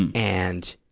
and and,